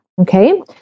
Okay